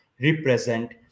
represent